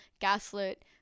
gaslit